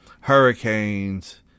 hurricanes